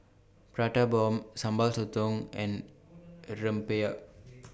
Prata Bomb Sambal Sotong and Rempeyek